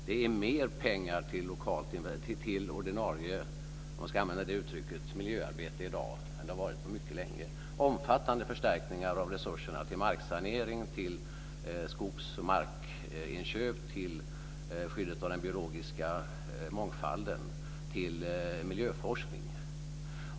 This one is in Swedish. Det är mer pengar till ordinarie miljöarbete, om man ska använda det uttrycket, än det har varit på mycket länge. Omfattande förstärkningar av resurserna till marksanering, till skogs och markinköp, till skyddet av den biologiska mångfalden och till miljöforskning har skett.